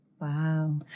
Wow